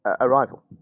Arrival